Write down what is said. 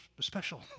special